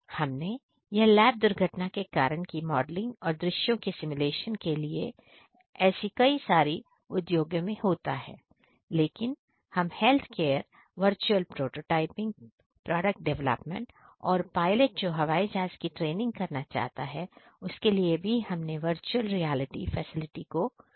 हमने यह लैब दुर्घटना के कारण की मॉडलिंग और दृश्य के सिमुलेशन के लिए की और ऐसा कई सारी उद्योगों में होता है लेकिन हम health care virtual prototyping product development और पायलट जो हवाई जहाज की ट्रेनिंग करना चाहता हूं उसके लिए भी हमने वर्चुअल रियलिटी फैसिलिटी को बनाया है